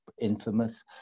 infamous